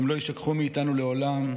הם לא יישכחו מאיתנו לעולם,